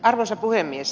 arvoisa puhemies